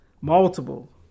Multiple